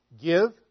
give